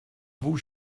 vous